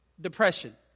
depression